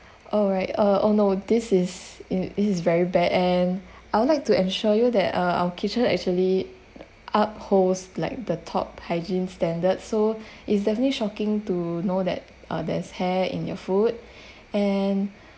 all right uh oh no this is it this is very bad and I would like to ensure you that uh our kitchen actually upholds like the top hygiene standards so it's definitely shocking to know that uh there's hair in your food and